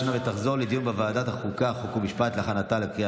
לוועדת החוקה, חוק ומשפט נתקבלה.